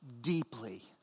deeply